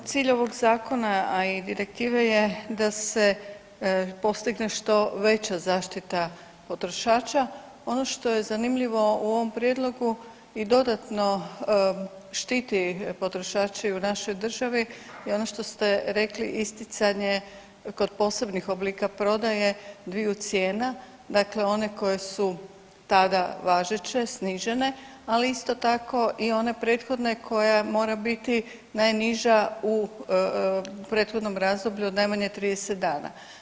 Cilj ovog zakona, a i direktive je da se postigne što veća zaštita potrošača, ono što je zanimljivo u ovom prijedlogu i dodatno štiti potrošače i u našoj državi i ono što ste rekli isticanje kod posebnih oblika prodaje dviju cijena, dakle one koje su tada važeće snižene, ali isto tako i one prethodne koja mora biti najniža u prethodnom razdoblju od najmanje 30 dana.